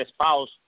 spouse